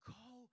go